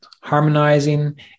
harmonizing